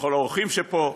לכל האורחים שפה,